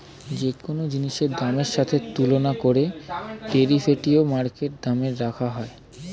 যে কোন জিনিসের দামের সাথে তুলনা করে ডেরিভেটিভ মার্কেটে দাম রাখা হয়